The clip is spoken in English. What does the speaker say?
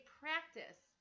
practice